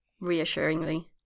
reassuringly